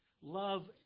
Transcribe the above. Love